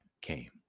came